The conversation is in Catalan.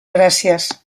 gràcies